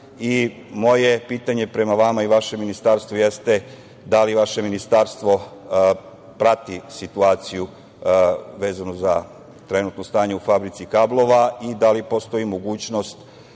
Moje pitanje prema vama i vašem ministarstvu jeste – da li vaše ministarstvo prati situaciju vezano za trenutno stanje u fabrici kablova i da li postoji mogućnost